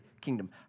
kingdom